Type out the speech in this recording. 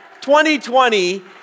2020